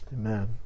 Amen